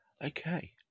Okay